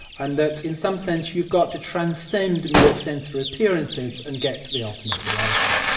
and that in some sense you've got to transcend mere sensory appearances and get to the ultimate reality.